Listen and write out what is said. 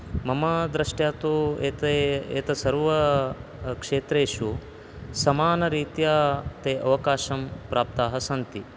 मम दृष्ट्या तु एते एते सर्वे क्षेत्रेषु समानरीत्या ते अवकाशं प्राप्ताः सन्ति